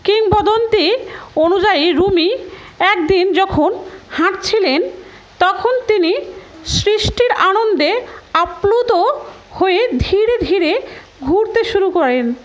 কিংবদন্তি অনুযায়ী রুমি একদিন যখন হাঁটছিলেন তখন তিনি সৃষ্টির আনন্দে আপ্লুত হয়ে ধীরে ধীরে ঘুরতে শুরু করেন